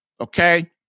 okay